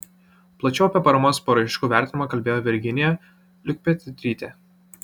plačiau apie paramos paraiškų vertinimą kalbėjo virginija liukpetrytė